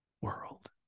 world